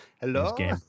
Hello